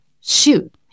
shoot